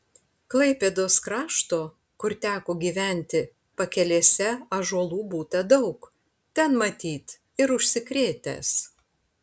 klaipėdos krašto kur teko gyventi pakelėse ąžuolų būta daug ten matyt ir užsikrėtęs